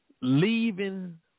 leaving